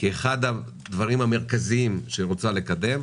כאחד הדברים המרכזיים שהיא רוצה לקדם.